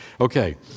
Okay